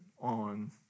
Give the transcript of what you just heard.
on